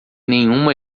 nenhuma